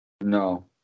No